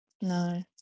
No